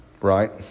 Right